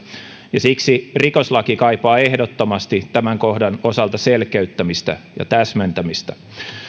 ja siksi rikoslaki kaipaa ehdottomasti tämän kohdan osalta selkeyttämistä ja täsmentämistä